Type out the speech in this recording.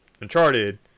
uncharted